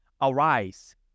Arise